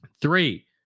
Three